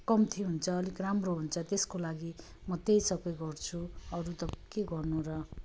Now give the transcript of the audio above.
कम्ती हुन्छ अलिक राम्रो हुन्छ त्यसको लागि म त्यही सबै गर्छु अरू त के गर्नु र